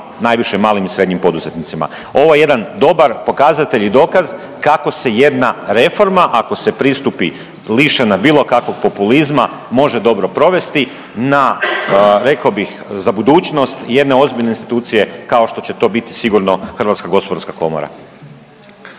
najviše malim i srednjim poduzetnicima. Ovo je jedan dobar pokazatelj i dokaz kako se jedna reforma ako se pristupi lišena bilo kakvog populizma može dobro provesti na rekao bih za budućnost jedne ozbiljne institucije kao što će to biti sigurno HGK. **Jandroković,